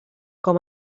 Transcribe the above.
com